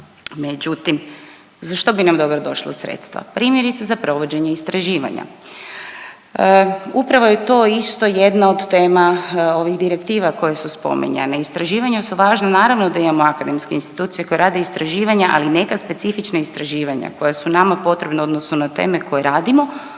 međutim za što bi nam dobro došla sredstva? Primjerice za provođenje istraživanja, upravo je to isto jedna od tema ovih direktiva koje su spominjane. Istraživanja su važna, naravno da imamo akademske institucije koje rade istraživanja, ali i neka specifična istraživanja koja su nama potrebna odnosno na teme koje radimo,